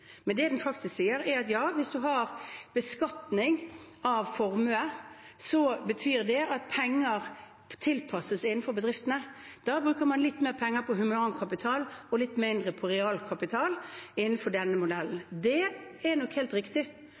Men det den faktisk sier, er at ja, hvis man har beskatning av formue, betyr det at penger tilpasses innenfor bedriftene. Da bruker man litt mer penger på humankapital og litt mindre på realkapital innenfor denne modellen. Det er nok helt riktig,